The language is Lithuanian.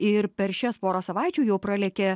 ir per šias porą savaičių jau pralėkė